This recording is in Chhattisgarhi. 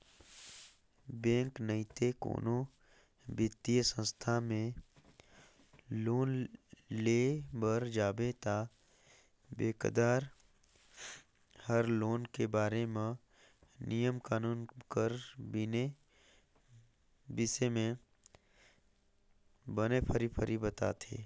बेंक नइते कोनो बित्तीय संस्था में लोन लेय बर जाबे ता बेंकदार हर लोन के बारे म नियम कानून कर बिसे में बने फरी फरी बताथे